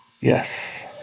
yes